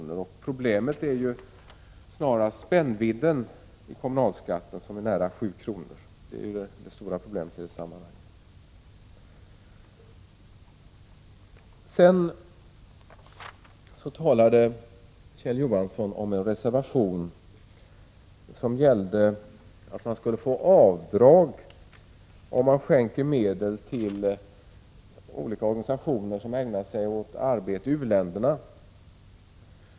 Det stora problemet är spännvidden i kommunalskatten, och den uppgår till nära 7 kr. Kjell Johansson talade för en reservation, som gick ut på att man skulle få göra avdrag om man skänkte medel till olika organisationer som ägnade sig åt arbete i u-länderna.